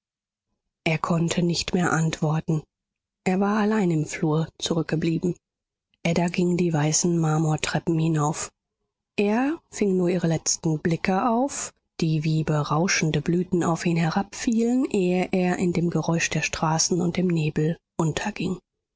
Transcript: er konnte nicht mehr antworten er war allein im flur zurückgeblieben ada ging die weißen marmortreppen hinauf er fing nur ihre letzten blicke auf die wie berauschende blüten auf ihn herabfielen ehe er in dem geräusch der straßen und im nebel unterging